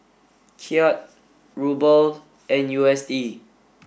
Kyat Ruble and U S D